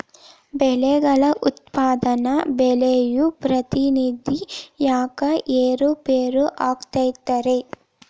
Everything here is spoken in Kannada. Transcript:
ಬೆಳೆಗಳ ಉತ್ಪನ್ನದ ಬೆಲೆಯು ಪ್ರತಿದಿನ ಯಾಕ ಏರು ಪೇರು ಆಗುತ್ತೈತರೇ?